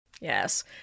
Yes